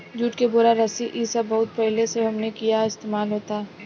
जुट के बोरा, रस्सी इ सब बहुत पहिले से हमनी किहा इस्तेमाल होता